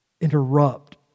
interrupt